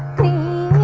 the